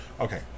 Okay